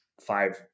five